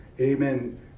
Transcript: amen